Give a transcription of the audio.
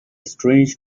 strange